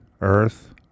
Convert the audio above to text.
earth